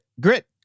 Grit